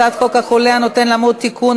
הצעת חוק החולה הנוטה למות (תיקון,